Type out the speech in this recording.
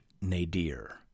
nadir